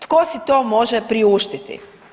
Tko si to može priuštiti?